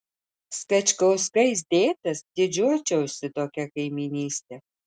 skačkauskais dėtas didžiuočiausi tokia kaimynyste